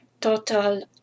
total